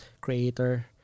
creator